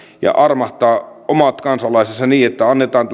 ja armahtaa omat kansalaisensa niin että annetaan